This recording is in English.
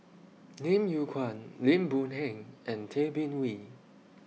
Lim Yew Kuan Lim Boon Heng and Tay Bin Wee